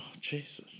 Jesus